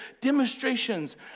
Demonstrations